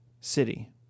city